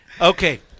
Okay